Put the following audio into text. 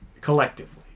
collectively